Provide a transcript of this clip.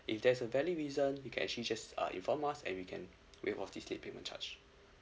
if that's a valid reason you can actually just uh inform us and we can waive off this late payment charge